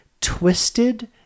twisted